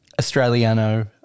Australiano